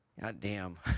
goddamn